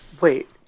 Wait